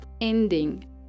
ending